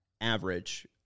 average